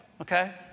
okay